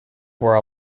were